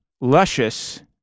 luscious